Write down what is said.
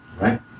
Right